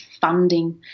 funding